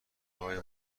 های